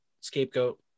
scapegoat